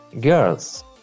girls